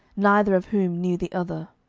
neither of whom knew the other.